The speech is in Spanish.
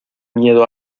miedo